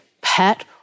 pet